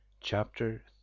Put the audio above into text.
Chapter